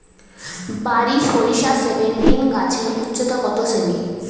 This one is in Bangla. বারি সরিষা সেভেনটিন গাছের উচ্চতা কত সেমি?